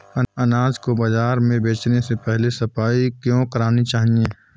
अनाज को बाजार में बेचने से पहले सफाई क्यो करानी चाहिए?